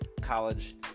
college